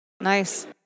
nice